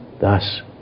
thus